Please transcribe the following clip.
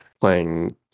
playing